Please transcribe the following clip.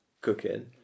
cooking